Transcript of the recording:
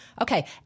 Okay